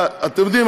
אתם יודעים,